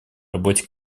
работе